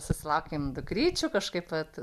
susilaukėm dukryčių kažkaip vat